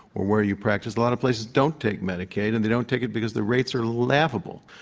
where you practice a lot of places don't take medicaid and they don't take it because the rates are laughable.